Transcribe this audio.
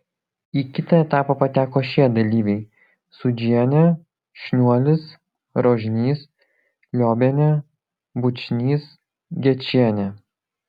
į kitą etapą pateko šie dalyviai sūdžienė šniuolis rožnys liobienė bučnys gečienė